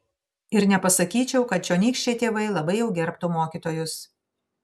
ir nepasakyčiau kad čionykščiai tėvai labai jau gerbtų mokytojus